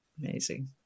Amazing